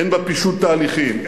אין בה פישוט תהליכים,